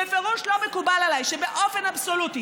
בפירוש לא מקובל עליי שבאופן אבסולוטי